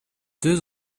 deux